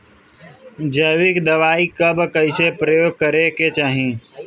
जैविक दवाई कब कैसे प्रयोग करे के चाही?